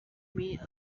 minutes